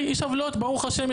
ברוך השם,